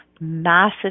Massive